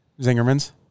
Zingerman's